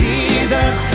Jesus